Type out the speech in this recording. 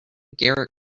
garrix